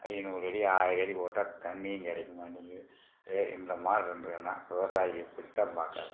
ஐந்நூறு அடி ஆயிரம் அடி போட்டால் தண்ணியும் கிடைக்க மாட்டேங்குது இந்த மாதிரி இருந்ததுன்னால் விவசாயம் எப்படித்தான் பார்க்கறது